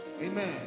Amen